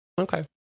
Okay